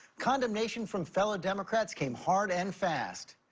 condemnation from fellow democrats came hard and fast.